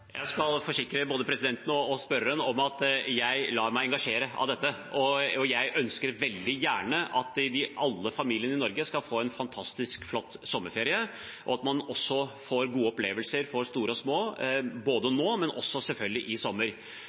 Jeg skal forsikre både presidenten og spørreren om at jeg lar meg engasjere av dette. Jeg ønsker veldig gjerne at alle familiene i Norge skal få en fantastisk flott sommerferie, og at man får gode opplevelser for store og små, både nå og selvfølgelig også i sommer.